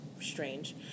strange